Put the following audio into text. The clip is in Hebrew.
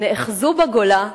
נאחזו בגולה,